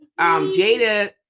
Jada